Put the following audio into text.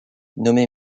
nommé